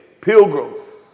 pilgrims